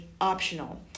optional